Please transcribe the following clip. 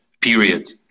period